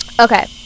Okay